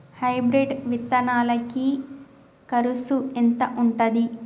Hybrid విత్తనాలకి కరుసు ఎంత ఉంటది?